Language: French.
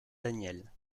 daniel